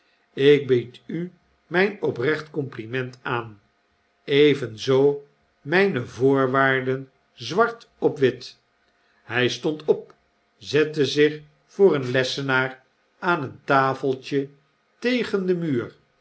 ik bied u mijn oprecht compliment aan evenzoo mijne voorwaarden zwart op wit hij stond op zette zich voor een lessenaar aan een tafeltje tegen den muur